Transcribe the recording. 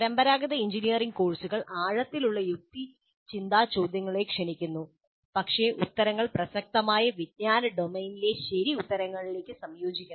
പരമ്പരാഗത എഞ്ചിനീയറിംഗ് കോഴ്സുകൾ ആഴത്തിലുള്ള യുക്തിചിന്താ ചോദ്യങ്ങളെ ക്ഷണിക്കുന്നു പക്ഷേ ഉത്തരങ്ങൾ പ്രസക്തമായ വിജ്ഞാന ഡൊമെയ്നിലെ ശരി ഉത്തരങ്ങളിലേക്ക് സംയോജിക്കണം